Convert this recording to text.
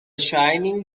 shining